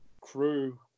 crew